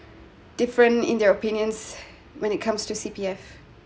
different in their opinions when it comes to C_P_F